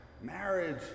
Marriage